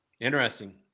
Interesting